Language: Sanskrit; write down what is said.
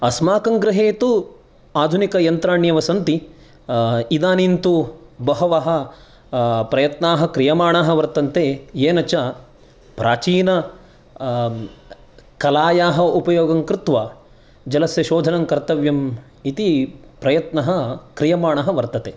अस्माकं गृहे तु आधुनिकयन्त्राण्येव सन्ति इदानीं तु बहवः प्रयत्नाः क्रियमाणाः वर्तन्ते येन च प्राचीन कलायाः उपयोगं कृत्वा जलस्य शोधनं कर्तव्यम् इति प्रयत्नः क्रियमाणः वर्तते